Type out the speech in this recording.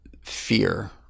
fear